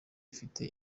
afite